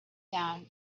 down